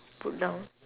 put down